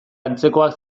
antzekoak